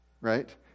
right